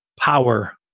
power